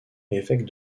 évêque